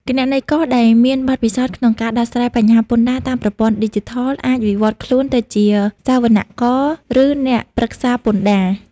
គណនេយ្យករដែលមានបទពិសោធន៍ក្នុងការដោះស្រាយបញ្ហាពន្ធដារតាមប្រព័ន្ធឌីជីថល អាចវិវត្តខ្លួនទៅជាសវនករ ឬអ្នកប្រឹក្សាពន្ធដារ។